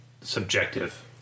subjective